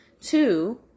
Two